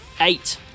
Eight